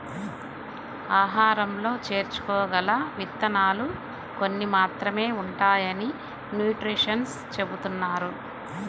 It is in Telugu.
ఆహారంలో చేర్చుకోగల విత్తనాలు కొన్ని మాత్రమే ఉంటాయని న్యూట్రిషన్స్ చెబుతున్నారు